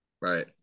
Right